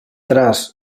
traç